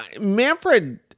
manfred